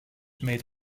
made